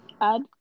Add